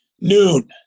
Noon